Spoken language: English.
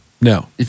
No